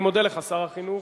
אני מודה לך, שר החינוך,